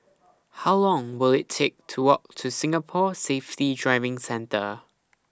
How Long Will IT Take to Walk to Singapore Safety Driving Centre